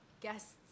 Guests